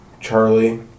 Charlie